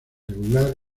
regular